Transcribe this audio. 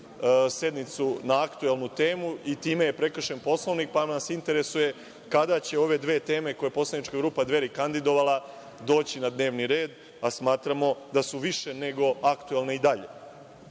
sednicu na aktuelnu temu i time je prekršen Poslovnik, pa nas interesuje kada će ove dve teme koje je poslanička grupa Dveri kandidovala doći na dnevni red, pa smatramo da su više nego aktuelne i dalje. Drugo